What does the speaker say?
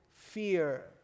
Fear